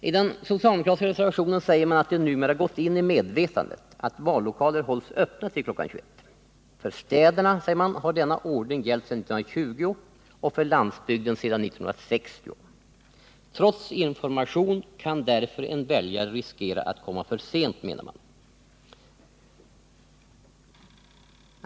I den socialdemokratiska reservationen säger man att det numera gått in i medvetandet att vallokaler hålls öppna till kl. 21. För städerna, säger man, har denna ordning gällt sedan 1920 och för landsbygden sedan 1960. Trots information kan vid tidigare stängning av vallokalerna en väljare riskera att komma för sent, menar man.